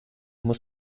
muss